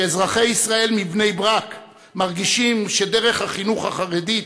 כשאזרחי ישראל מבני-ברק מרגישים שדרך החינוך החרדית,